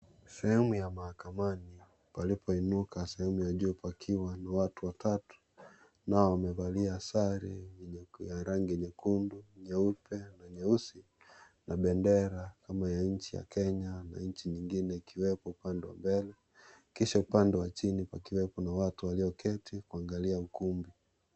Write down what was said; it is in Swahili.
Sehemu ya mahakamani palipo inuka sehemu ya juu, pakiwa ni watu watatu nao wamevalia sare ya rangi nyekundu, nyeupe na nyeusi na bendera kama ya nchi ya Kenya na nchi nyingine ikiwepo upande wa mbele, kisha upande chini pakiwepo na watu walioketi kuangalia ukumbi.